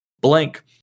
blank